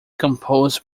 composed